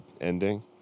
ending